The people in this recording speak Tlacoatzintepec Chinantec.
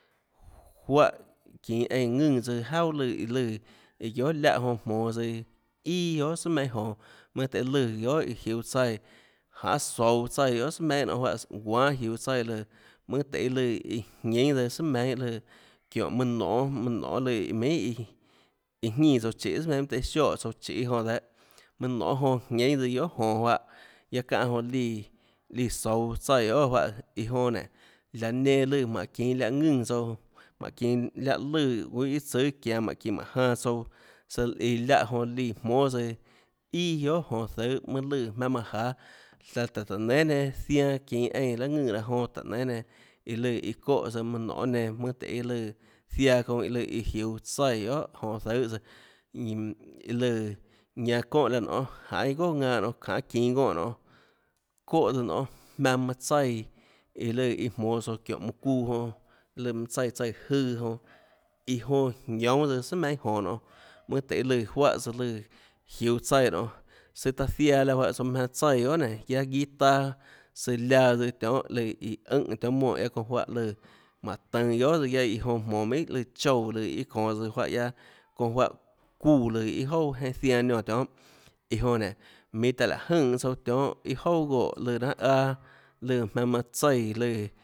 Juáhã çinå eínã ðùnã tsøã juaà lùã lùã iã guiohà láhã jonã jmonå tsøã ià guohà sùà meinhâ jonå mønâ tøhê lùã guiohà iã jiuå tsaíã janê souå tsaíã guiohà sùà meinhâ nonê juáhãs guánâ jiuå tsaíã lùã mønâ tøhê lùã jínâ tsøã sùà meinhâ lùã çiónhå mønã nonê mønã nonê minhà lùã iã jínã tsouã chiê sùà meinhâ mønâ tøhê sioè chiê jonã dehâ mønã nonê jonã jiénã tsøã guiohà jonå juáhã guiaâ çáhã jonã líã líã souå tsaíã guiohà juáhã iã onã nénå laã nenã lùã mánhå çinå láhã ðùnã tsouã mánhå çinå láhã lùã juøå iâ tsùâ çianå mánhå çinå mánhå janã tsouã søã láhã jonã líã jmónâ tsøã ià guiohà jonå zøê mønâ lùã jmaønâ manã jáâ laã tùhå tùhå táå nénâ nenã zianã çinå eínã laâ ðùnã láhå jonã táhå nénâ nenã iã lùã iã çóhã tsøã manã nonê nenã mønâ tøhê lùã ziaã çounã iã lùã iã jiuå tsaíã guiohà jonã zøê tsøã ñinã iã lùã ñanã çónhã laã nonê jainê iâ goà ðanã çinå gonè nonê çóhã tsøã nonê jmaønã manã tsaíã iã lùã jmonå tsouã çiónhå mønã çuuã jonã lùã mønâ tsaíã tsaíã jøã jonã iã jonã jioúnã søã sùà meinhâ jonå nonê mønâ tøhê lùã juáhã souã lùã jiuå tsaíã nonê søã taã ziaã láhã juáhã tsouã jmaønâ tsaíã guiohà nénå guiaâ guiâ taâ søã laã tsøã tionhâ lùã iã ùnhã tionhâ monè guiaâ çounã juáhã lùã mánhå tønå guiohà tsøã guiaâ iã jonã jmonå minhà lùã choúã lùã iâ çonå tsøã juáhã guiaâ çounã juáhã çuúã lùã iâ jouà jeinhâ zianã niónã tionhâ iã jonã nénå minhå taã láhå jønè tsouã tionhâ iâ ouà goè lùã nanâ aâ lùã jmaønã manã tsaíã lùã